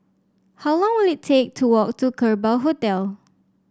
how long will it take to walk to Kerbau Hotel